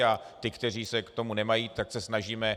A ty, kteří se k tomu nemají, tak se snažíme...